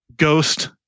ghost